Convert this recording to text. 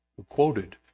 quoted